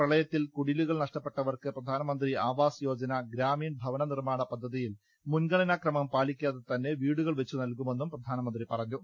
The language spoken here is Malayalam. പ്രളയ ത്തിൽ കുടിലുകൾ നഷ്ടപ്പെട്ടവർക്ക് പ്രധാനമന്ത്രി ആവാസ് യോജന ഗ്രാമീൺ ഭവനനിർമ്മാണ പദ്ധതിയിൽ മുൻഗണനാക്രമം പാലിക്കാതെ തന്നെ വീടുകൾവച്ചുനൽകുമെന്നും പ്രധാനമന്ത്രി പറഞ്ഞു